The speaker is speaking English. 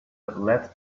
lead